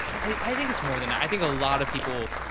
i, i think it's more than, i think a lot of people.